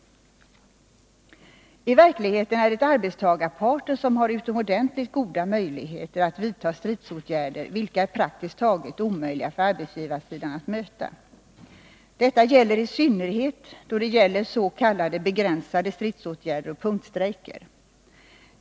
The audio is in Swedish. I verkligheten är det arbetstagarparten som har utomordentligt goda möjligheter att vidta stridsåtgärder, vilka är praktiskt taget omöjliga för arbetsgivarsidan att möta. Detta gäller i synnerhet i fråga om s.k. begränsade stridsåtgärder och punktstrejker.